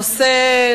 יושב-ראש ועדת הפנים,